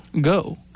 go